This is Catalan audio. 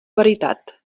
veritat